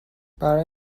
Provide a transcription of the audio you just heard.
برای